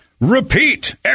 repeat